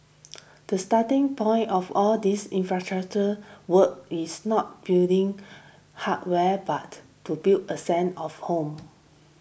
the starting point of all these infrastructure work is not building hardware but to build a same of home